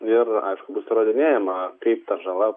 ir aišku bus įrodinėjama kaip ta žala